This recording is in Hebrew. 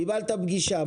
קיבלת פגישה.